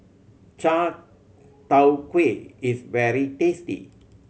chai tow kway is very tasty